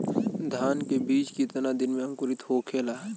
धान के बिज कितना दिन में अंकुरित होखेला?